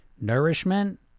nourishment